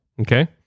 Okay